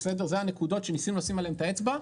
אלה הנקודות שניסינו לשים עליהן את האצבע,